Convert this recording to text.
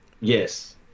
Yes